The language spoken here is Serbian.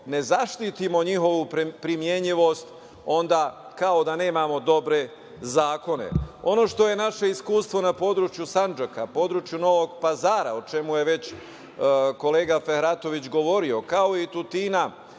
nezaštitimo njihovu primenjivost, onda kao da nemamo dobre zakone. Ono što je naše iskustvo na području Sandžaka, području Novog Pazara, o čemu je već kolega Fehratović govorio, kao i Tutina